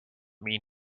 mean